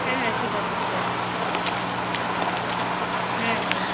হ্যাঁ হ্যাঁ ঠিক আছে ঠিক আছে হ্যাঁ হ্যাঁ